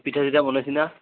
পিঠা চিঠা বনেইছি না